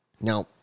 Now